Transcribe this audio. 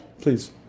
Please